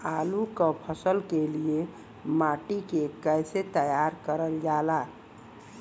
आलू क फसल के लिए माटी के कैसे तैयार करल जाला?